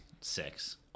Six